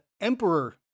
emperor